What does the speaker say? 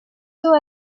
tôt